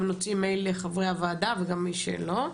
נוציא מייל לחברי הוועדה וגם מי שלא.